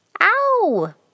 Ow